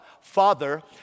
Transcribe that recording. Father